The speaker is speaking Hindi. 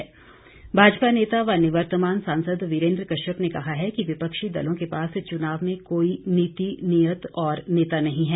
कश्यप भारद्वाज भाजपा नेता व निवर्तमान सांसद वीरेंद्र कश्यप ने कहा है कि विपक्षी दलों के पास चुनाव में कोई नीति नीयत और नेता नहीं है